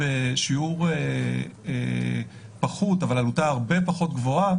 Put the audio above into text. בשיעור פחות אבל עלותה הרבה פחות גבוהה,